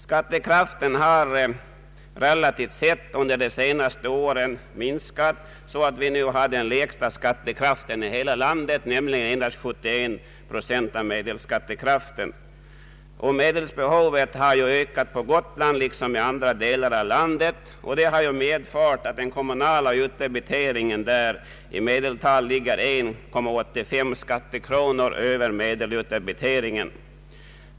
Skattekraften har relativt sett under de senaste åren minskat så att Gotland nu har den lägsta skattekraften i hela landet — endast 71 procent av medelskattekraften. Medelsbehovet har ökat på Gotland liksom i andra delar av landet, och detta har medfört att den kommunala utdebiteringen där med 1:85 skattekronor överstiger medelutdebiteringen för riket.